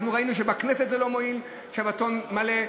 אנחנו ראינו שבבחירות לכנסת לא מועיל שבתון מלא.